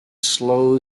slow